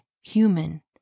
human